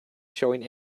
showing